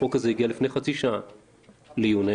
החוק הזה הגיע לפני חצי שעה לעיונינו.